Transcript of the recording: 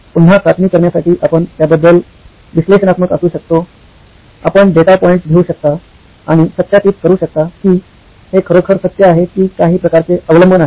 पुन्हा चाचणी करण्यासाठी आपण त्याबद्दल विश्लेषणात्मक असू शकतो आपण डेटा पॉईंट्स घेऊ शकता आणि सत्यापित करू शकता की हे खरोखर सत्य आहे की काही प्रकारचे अवलंबन आहे